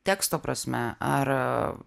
teksto prasme ar